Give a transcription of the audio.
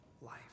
life